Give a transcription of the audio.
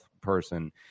person